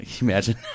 imagine